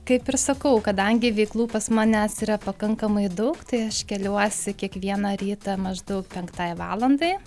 kaip ir sakau kadangi veiklų pas manęs yra pakankamai daug tai aš keliuosi kiekvieną rytą maždaug penktai valandai